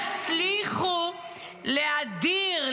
לא תצליחו להדיר,